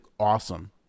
awesome